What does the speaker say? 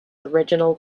original